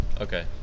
Okay